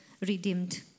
redeemed